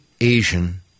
Asian